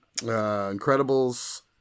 Incredibles